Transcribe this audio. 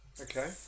Okay